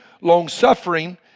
Long-suffering